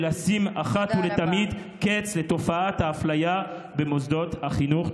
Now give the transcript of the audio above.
ולשים אחת ולתמיד קץ לתופעת האפליה במוסדות החינוך.